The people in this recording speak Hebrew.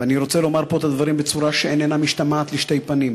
ואני רוצה לומר פה את הדברים בצורה שאיננה משתמעת לשתי פנים: